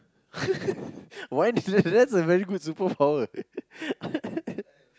why that's a very good superpower